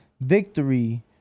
Victory